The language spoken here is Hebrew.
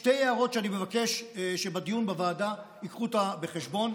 יש שתי הערות שאני מבקש שבדיון בוועדה ייקחו בחשבון: